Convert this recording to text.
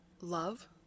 Love